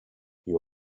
you